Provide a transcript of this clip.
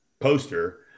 poster